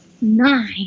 Nine